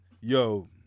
Yo